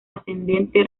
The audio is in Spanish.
ascendente